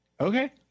Okay